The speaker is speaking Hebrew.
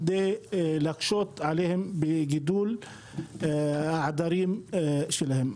בכדי להקשות עליהם בגידול העדרים שלהם.